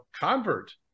convert